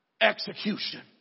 execution